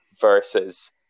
versus